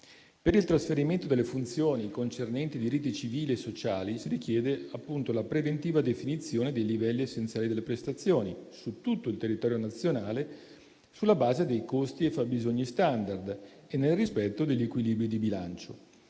Per il trasferimento delle funzioni concernenti i diritti civili e sociali si richiede, appunto, la preventiva definizione dei livelli essenziali delle prestazioni su tutto il territorio nazionale, sulla base dei costi e fabbisogni *standard* e nel rispetto degli equilibri di bilancio.